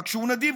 רק שהוא נדיב,